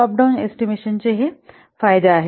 top down एस्टीमेशनचे हे फायदे आहेत